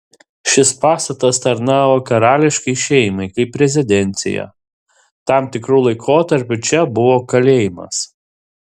šis pastatas tarnavo karališkai šeimai kaip rezidencija tam tikru laikotarpiu čia buvo kalėjimas